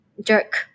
jerk